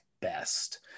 best